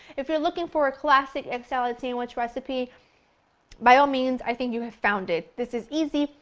if you're looking for a classic egg salad sandwich recipe by all means i think you have found it. this is easy,